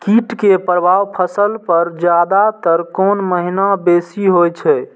कीट के प्रभाव फसल पर ज्यादा तर कोन महीना बेसी होई छै?